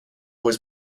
was